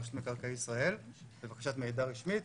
ולרשות מקרקעי ישראל בבקשת מידע רשמית